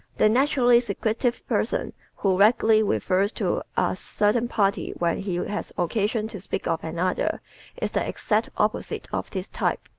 the naturally secretive person who vaguely refers to a certain party when he has occasion to speak of another is the exact opposite of this type.